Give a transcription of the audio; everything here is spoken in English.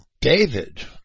David